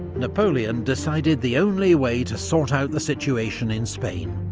napoleon decided the only way to sort out the situation in spain,